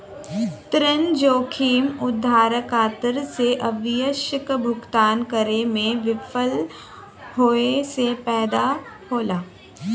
ऋण जोखिम उधारकर्ता से आवश्यक भुगतान करे में विफल होये से पैदा होला